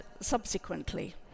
subsequently